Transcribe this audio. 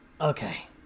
okay